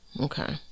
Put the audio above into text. Okay